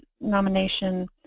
nomination